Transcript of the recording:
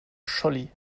scholli